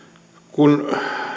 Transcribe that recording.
kun